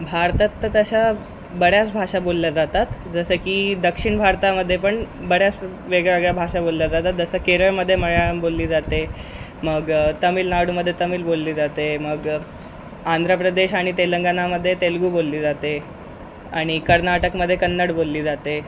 भारतात तर तशा बऱ्याच भाषा बोलल्या जातात जसं की दक्षिण भारतामध्ये पण बऱ्याच वेगळ्यावेगळ्या भाषा बोलल्या जातात जसं केरळमध्ये मल्याळम बोलली जाते मग तमीळनाडूमध्ये तमीळ बोलली जाते मग आंध्र प्रदेश आणि तेलंगणामध्ये तेलगू बोलली जाते आणि कर्नाटकमध्ये कन्नड बोलली जाते